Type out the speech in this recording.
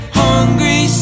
hungry